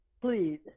Please